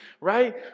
right